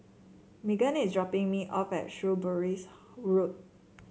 Meggan is dropping me off at Shrewsbury Road